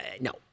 no